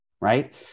right